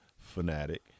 fanatic